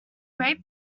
rate